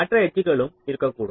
மற்ற எட்ஜ்களும் இருக்கக்கூடும்